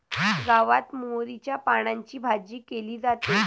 गावात मोहरीच्या पानांची भाजी केली जाते